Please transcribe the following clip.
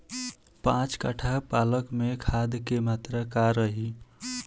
पाँच कट्ठा पालक में खाद के मात्रा का रही?